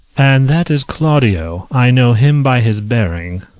and that is claudio i know him by his bearing.